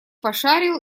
пошарил